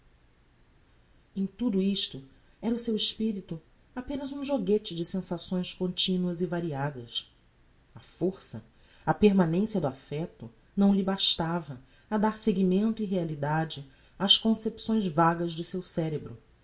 em tudo isto era o seu espirito apenas um joguete de sensações continuas e variadas a força a permanencia do affecto não lhe bastava a dar seguimento e realidade ás concepções vagas de seu cerebro